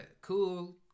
cool